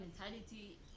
mentality